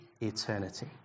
eternity